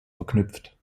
verknüpft